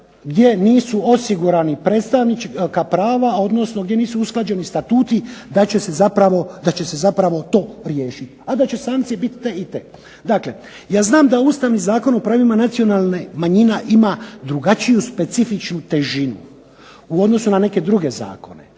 gdje nisu osigurana predstavnička prava, odnosno gdje nisu usklađeni statuti da će se zapravo to riješiti, a da će sankcije biti te i te. Dakle, ja znam da Ustavni zakon o pravima nacionalnih manjina ima drugačiju specifičnu težinu u odnosu na neke druge zakone.